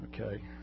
Okay